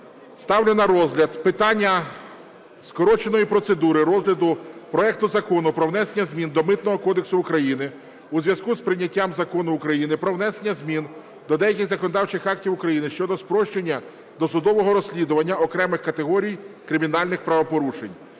ставлю на розгляд питання скороченої процедури розгляду проекту Закону про внесення змін до Митного кодексу України у зв'язку з прийняттям Закону України "Про внесення змін до деяких законодавчих актів України щодо спрощення досудового розслідування окремих категорій кримінальних правопорушень"